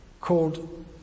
called